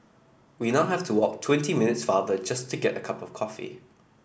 we now have to walk twenty minutes farther just to get a cup of coffee